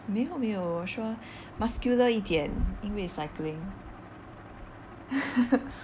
没有没有我说 muscular 一点因为 cycling